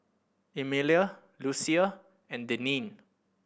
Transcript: Emilia Lucia and Denine